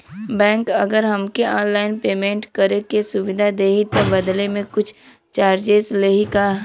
Bank अगर हमके online payment करे के सुविधा देही त बदले में कुछ चार्जेस लेही का?